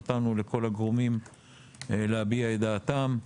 נתנו לכל הגורמים להביע את דעתם.